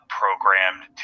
programmed